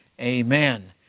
Amen